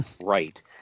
right